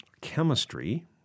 chemistry